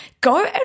go